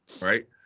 right